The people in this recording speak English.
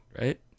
Right